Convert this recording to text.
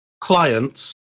clients